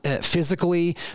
physically